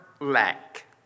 lack